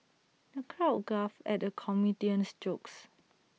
the crowd guffawed at the comedian's jokes